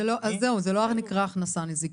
זהו, זה לא נקרא הכנסה נזיקית.